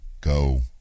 go